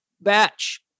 batch